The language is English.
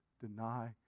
deny